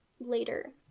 later